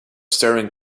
staring